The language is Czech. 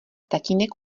tatínek